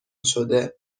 شده